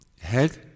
Head